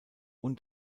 und